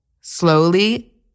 slowly